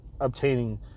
obtaining